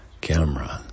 camera